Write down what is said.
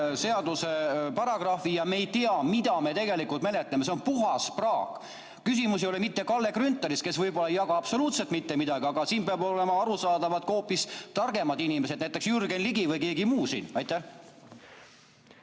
seaduse paragrahvi ja me ei tea, mida me tegelikult menetleme. See on puhas praak. Küsimus ei ole mitte Kalle Grünthalis, kes võib-olla ei jaga absoluutselt mitte midagi, aga see peab olema arusaadav ka hoopis targematele inimestele, näiteks Jürgen Ligile või kellelegi muule. Aitäh!